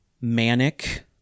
manic